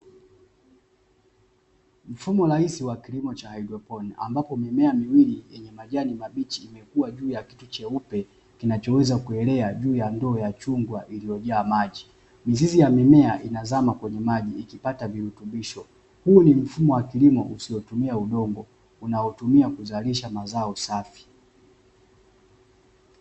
Mfumo rahisi wa kilimo cha haidroponi ambapo mimea miwili yenye majani mabichi imekuwa kutoka kwenye kitu cheupe kinachoweza kuelea juu ya ndoo ya chungwa iliyojaa maji. Mizizi ya mimea inazama kwenye maji ikipata virutubisho, huu ni mfumo wa kilimo usiotumia udongo unaotumia kuzalisha mazo safi.